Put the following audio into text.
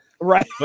Right